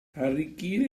arricchire